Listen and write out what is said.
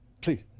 Please